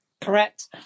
correct